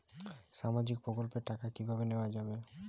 সামাজিক প্রকল্পের টাকা কিভাবে নেওয়া যাবে?